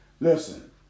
Listen